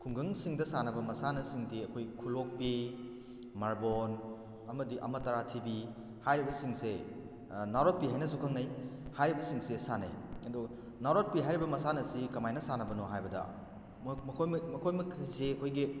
ꯈꯨꯡꯒꯪꯁꯤꯡꯗ ꯁꯥꯟꯅꯕ ꯃꯁꯥꯟꯅꯁꯤꯡꯗꯤ ꯑꯩꯈꯣꯏꯒꯤ ꯈꯨꯂꯣꯛꯄꯤ ꯃꯥꯔꯕꯣꯟ ꯑꯃꯗꯤ ꯑꯃ ꯇꯔꯥ ꯊꯤꯕꯤ ꯍꯥꯏꯔꯤꯕꯁꯤꯡꯁꯦ ꯅꯥꯔꯣꯠꯄꯤ ꯍꯥꯏꯅꯁꯨ ꯈꯪꯅꯩ ꯍꯥꯏꯔꯤꯕꯁꯤꯡꯁꯦ ꯁꯥꯟꯅꯩ ꯑꯗꯨ ꯅꯥꯔꯣꯠꯄꯤ ꯍꯥꯏꯔꯤꯕ ꯃꯁꯥꯟꯅ ꯑꯁꯤ ꯀꯃꯥꯏꯅ ꯁꯥꯟꯅꯕꯅꯣ ꯍꯥꯏꯕꯗ ꯃꯈꯣꯏꯃꯛꯀꯖꯦ ꯑꯩꯈꯣꯏꯒꯤ